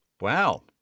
Wow